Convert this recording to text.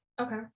Okay